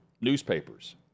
newspapers